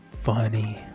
funny